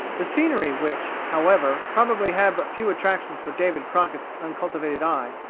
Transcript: the scenery, which, however, probably had but few attractions for david crockett's uncultivated eye,